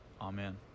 Amen